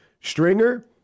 Stringer